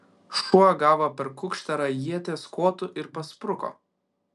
šuo gavo per kukšterą ieties kotu ir paspruko